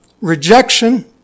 rejection